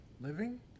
living